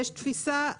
יש תפיסה,